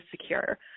secure